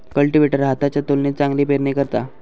cultivator हाताच्या तुलनेत चांगली पेरणी करता